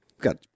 got